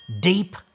deep